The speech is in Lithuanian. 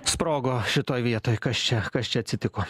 sprogo šitoj vietoj kas čia kas čia atsitiko